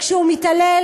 כשהוא מתעלל,